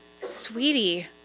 sweetie